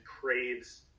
craves